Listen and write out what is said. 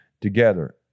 together